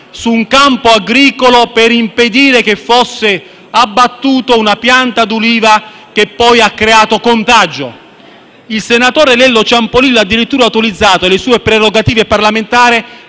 su un campo agricolo per impedire che fosse abbattuta una pianta di ulivo che poi ha creato contagio. Il senatore Lello Ciampolillo ha addirittura utilizzato le sue prerogative parlamentari